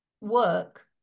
work